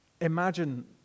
Imagine